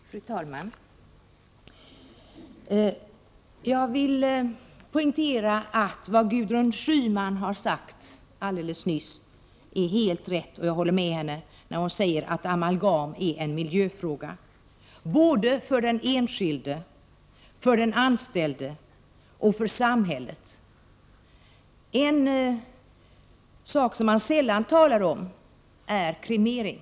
Fru talman! Jag vill poängtera att vad Gudrun Schyman nyss sagt är helt riktigt. Jag håller med henne när hon säger att användningen av amalgam är en miljöfråga, för den enskilde, för den anställde och för samhället. Något som man sällan talar om är kremering.